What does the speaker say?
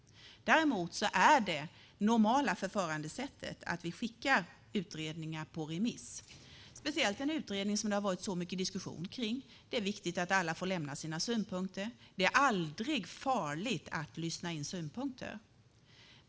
Det normala förfarandet är att vi skickar utredningar på remiss. Det gäller speciellt en utredning som det har varit så mycket diskussion kring. Det är viktigt att alla får lämna sina synpunkter, och det är aldrig farligt att lyssna in synpunkter.